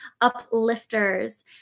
uplifters